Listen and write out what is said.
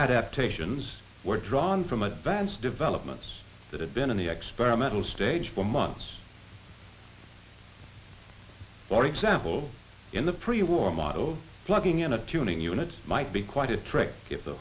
adaptations were drawn from advanced developments that had been in the experimental stage for months for example in the pre war model plugging in a tuning unit might be quite attractive the